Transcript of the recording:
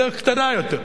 בדרך קטנה יותר,